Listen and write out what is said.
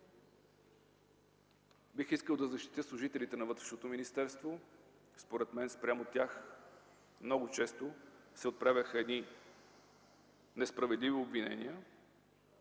Бих искал да защитя служителите на Вътрешното министерство. Според мен много често спрямо тях се отправяха несправедливи обвинения.